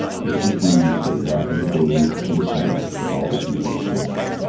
with the jews, they adopted the belief and defence of all the hebrew scriptures,